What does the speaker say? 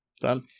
Done